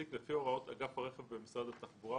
לפי הוראות אגף הרכב במשרד התחבורה,